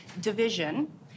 division